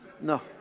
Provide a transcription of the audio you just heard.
No